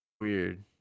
Weird